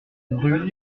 rue